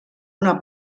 una